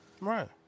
Right